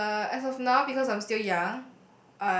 uh as of now because I am still young